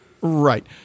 right